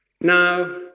Now